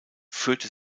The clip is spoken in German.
führte